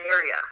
area